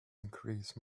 increase